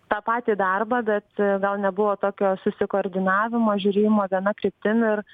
tą patį darbą bet gal nebuvo tokio susikoordinavimo žiūrėjimo viena kryptim ir